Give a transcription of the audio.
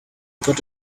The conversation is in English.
got